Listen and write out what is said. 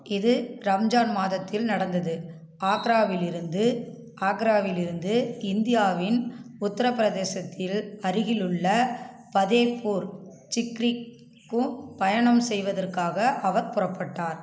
இது ரம்ஜான் மாதத்தில் நடந்தது ஆக்ராவில் இருந்து ஆக்ராவில் இருந்து இந்தியாவின் உத்தரபிரதேசத்தில் அருகில் உள்ள பதேபூர் சிக்ரிக்கு பயணம் செய்வதற்காக அவர் புறப்பட்டார்